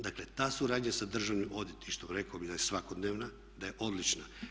Dakle, ta suradnja sa Državnim odvjetništvom rekao bih da je svakodnevna, da je odlična.